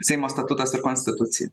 seimo statutas ir konstitucija